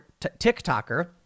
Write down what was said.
TikToker